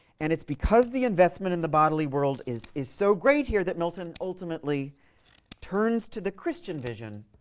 and it's because the investment in the bodily world is is so great here that milton ultimately turns to the christian vision,